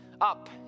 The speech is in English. up